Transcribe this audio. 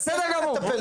בסדר גמור.